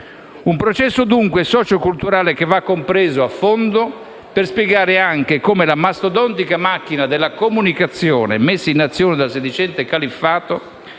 Un processo, dunque, socioculturale che va compreso a fondo, per spiegare anche come la mastodontica macchina della comunicazione messa in azione dal sedicente califfato